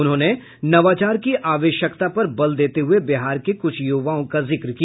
उन्होंने नवाचार की आवश्यकता पर बल देते हुए बिहार के कुछ युवाओं का जिक्र किया